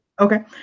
Okay